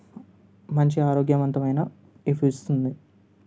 మంచి ఆరోగ్యవంతమైన టిఫి ఇస్తుంది